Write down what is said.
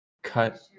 Cut